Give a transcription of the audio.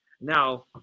Now